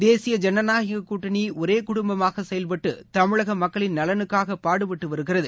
தேசிய ஜனநாயக கூட்டணி ஒரே குடும்பமாக செயல்பட்டு தமிழக மக்களின் நலனுக்காக பாடுபட்டு வருகிறது